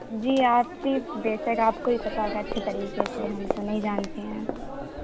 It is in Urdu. جی آپ ہی بے شک آپ ہی کو پتا ہوگا اچھے طریقے سے ہم تو نہیں جانتے ہیں